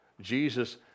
Jesus